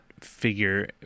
figure